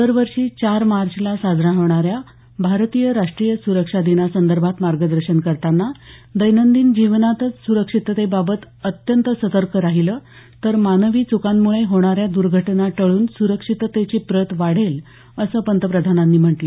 दरवर्षी चार मार्चला साजरा होणाऱ्या भारतीय राष्ट्रीय सुरक्षा दिनासंदर्भात मार्गदर्शन करताना दैनंदिन जीवनातच सुरक्षिततेबाबत अत्यंत सतर्क राहिलं तर मानवी च्कांमुळे होणाऱ्या दुर्घटना टळून सुरक्षिततेची प्रत वाढेल असं पंतप्रधानांनी म्हटलं